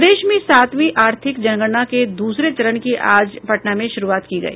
प्रदेश में सातवीं आर्थिक जनगणना के दूसरे चरण की आज पटना में शुरूआत की गयी